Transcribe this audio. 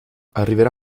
arriverà